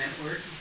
Network